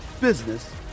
business